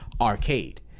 arcade